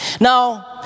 Now